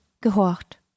gehorcht